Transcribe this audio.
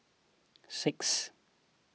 six